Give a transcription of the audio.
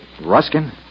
Ruskin